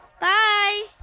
Bye